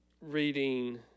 reading